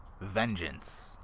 Vengeance